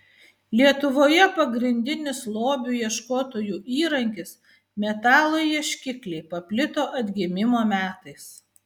lietuvoje pagrindinis lobių ieškotojų įrankis metalo ieškikliai paplito atgimimo metais